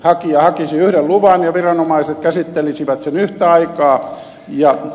hakija hakisi yhden luvan ja viranomaiset käsittelisivät sen yhtä aikaa ja